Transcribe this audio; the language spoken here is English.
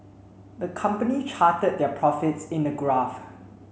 the company charted their profits in a graph